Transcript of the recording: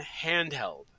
handheld